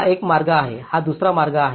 हा एक मार्ग आहे हा दुसरा मार्ग आहे